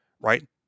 right